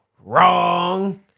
Wrong